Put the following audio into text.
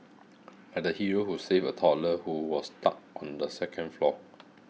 like the hero who saved a toddler who was stuck on the second floor